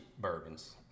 bourbons